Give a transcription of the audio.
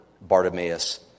Bartimaeus